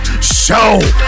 show